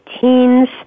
teens